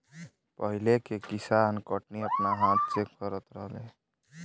पहिले के किसान कटनी अपना हाथ से करत रहलेन